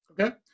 Okay